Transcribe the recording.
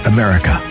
America